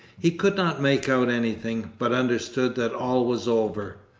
he could not make out anything, but understood that all was over.